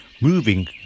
moving